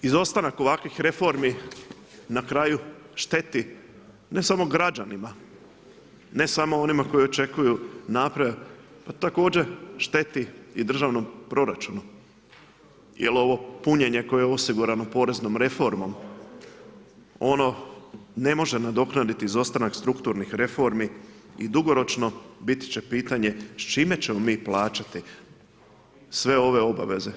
Izostanak ovakvih reformi na kraju šteti ne samo građanima, ne samo onima koji očekuju napredak, također šteti i državnom proračunu jel ovo punjenje koje je osigurano poreznom reformom ono ne može nadoknaditi izostanak strukturnih reformi i dugoročno biti će pitanje s čime ćemo mi plaćati sve ove obaveze?